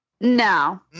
No